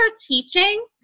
teaching